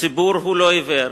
הציבור לא עיוור,